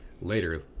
later